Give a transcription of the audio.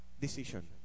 decision